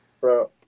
Bro